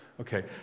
Okay